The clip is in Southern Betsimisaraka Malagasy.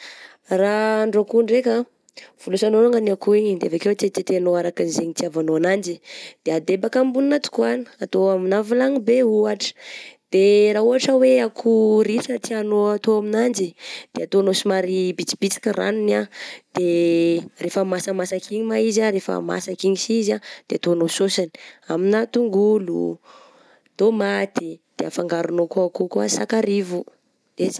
Raha ahandro akoho ndraika ah, volosanao alongany akoa igny de avy akeo tetetehinao araka izegny hitiavanao ananjy, de adebaka ambonina tokoàgna, atao amigna vilany be ohatra, de raha ohatra hoe akoho ritra tianao atao aminanjy de ataonao somary bitsibitsika ragnony ah, de rehefa masamasaka igny ma izy ah, rehefa masaka igny sy izy ah, de ataonao sôsiny, amigna tongolo, tômaty, de afangaronao ao kokoa sakarivo de zay.